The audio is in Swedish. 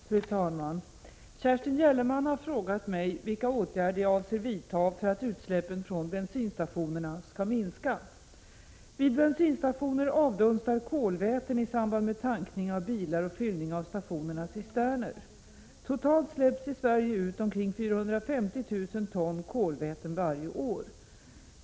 Fru talman! Kerstin Gellerman har frågat mig vilka åtgärder jag avser vidta för att utsläppen vid bensinstationerna skall minska. Vid bensinstationer avdunstar kolväten i samband med tankning av bilar och vid fyllning av stationernas cisterner. Totalt släpps i Sverige ut omkring 450 000 ton kolväten varje år.